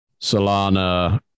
solana